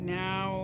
now